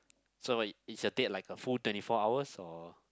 so what is your date like a full twenty four hours or